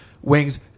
Wings